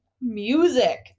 Music